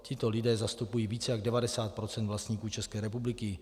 Tito lidé zastupují více jak 90 % vlastníků České republiky.